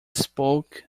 spoke